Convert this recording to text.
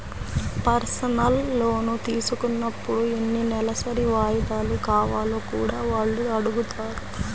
personal loan తీసుకున్నప్పుడు ఎన్ని నెలసరి వాయిదాలు కావాలో కూడా వాళ్ళు అడుగుతారు